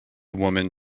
woman